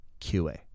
QA